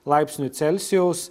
laipsnių celsijaus